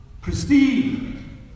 pristine